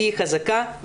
תהיי חזקה.